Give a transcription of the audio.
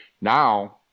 Now